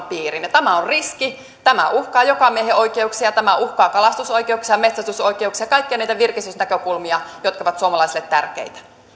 piiriin ja tämä on riski tämä uhkaa jokamiehenoikeuksia tämä uhkaa kalastusoikeuksia metsästysoikeuksia kaikkia niitä virkistysnäkökulmia jotka ovat suomalaisille tärkeitä